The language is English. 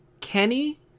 Kenny